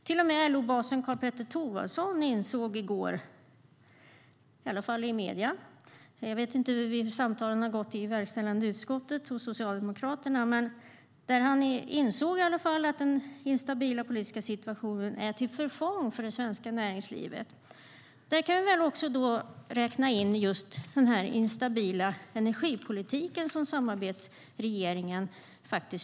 Till och med LO-basen Karl-Petter Thorwaldsson insåg i går, åtminstone i medierna - jag vet inte hur samtalen har gått i verkställande utskottet hos Socialdemokraterna - att den instabila politiska situationen är till förfång för det svenska näringslivet. Där kan vi räkna in också den instabila energipolitik som samarbetsregeringen har lyckats med.